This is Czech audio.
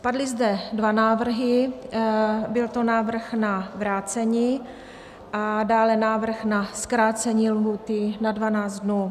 Padly zde dva návrhy, byl to návrh na vrácení a dále návrh na zkrácení lhůty na 12 dnů.